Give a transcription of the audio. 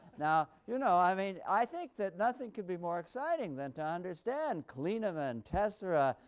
now you know i mean i think that nothing could be more exciting than to understand clinamen, tessera,